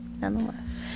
Nonetheless